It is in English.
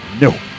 No